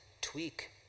Tweak